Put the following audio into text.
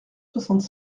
soixante